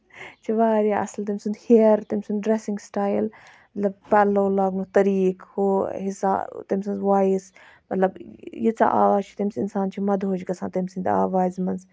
سُہ چھُ واریاہ اَصٕل تٔمۍ سُند ہِیر تٔمۍ سُند ڈریسِنگ سٹایِل مطلب پَلو لگانُک طریٖقہٕ ہُہ تٔمۍ سٕنز وایِس مطلب ییٖژاہ آواز چھِ تٔمِس اِنسان چھُ اِنسان چھُ مَدہوش گژھان تٔمہِ سٕندۍ آوازِ منٛز